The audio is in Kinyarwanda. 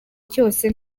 cyose